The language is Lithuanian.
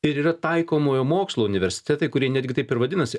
ir yra taikomojo mokslo universitetai kurie netgi taip ir vadinasi